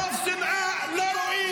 מרוב שנאה, אתם לא חושבים.